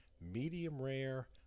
medium-rare